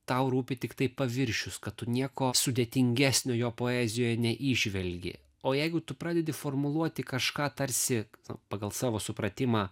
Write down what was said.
tau rūpi tiktai paviršius kad tu nieko sudėtingesnio jo poezijoje neįžvelgi o jeigu tu pradedi formuluoti kažką tarsi pagal savo supratimą